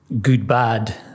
good-bad